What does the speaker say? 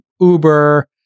Uber